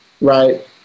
right